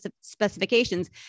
specifications